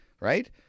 right